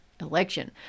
election